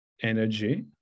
energy